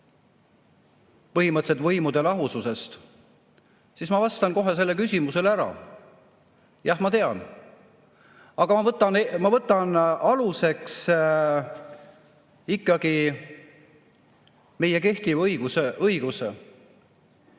midagi ka võimude lahususest. Ma vastan kohe sellele küsimusele ära: jah, ma tean. Aga ma võtan aluseks ikkagi meie kehtiva õiguse.